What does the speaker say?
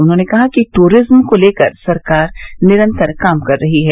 उन्होंने कहा कि टूरिज्म को लेकर सरकार निरन्तर काम कर रही है